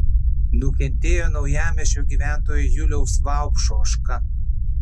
nukentėjo naujamiesčio gyventojo juliaus vaupšo ožka